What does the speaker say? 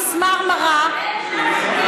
מיס מרמרה,